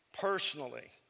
personally